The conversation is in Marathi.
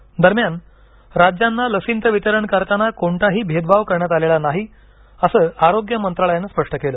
लस भेदभाव दरम्यान राज्यांना लसींचं वितरण करताना कोणताही भेदभाव करण्यात आलेला नाही असं आरोग्य मंत्रालयानं स्पष्ट केलं